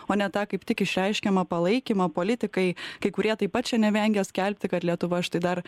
o ne tą kaip tik išreiškiamą palaikymą politikai kai kurie taip pat čia nevengia skelbti kad lietuva štai dar